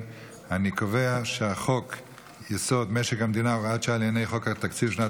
להעביר את הצעת חוק-יסוד: משק המדינה (הוראת שעה לעניין חוק התקציב לשנת